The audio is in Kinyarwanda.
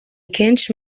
kenshi